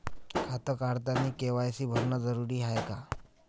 खातं काढतानी के.वाय.सी भरनं जरुरीच हाय का?